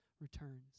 returns